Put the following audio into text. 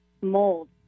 mold